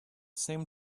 same